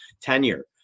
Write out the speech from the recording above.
tenure